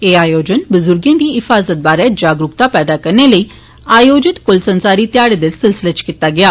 एह आयोजन वुजुर्गे दी हिफाजत बारै जागरूकता पैदा करने लेई आयोजित कुल संसारी ध्याड़ें दे सिलसिलें इच कीता गेआ